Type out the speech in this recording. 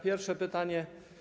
Pierwsze pytanie.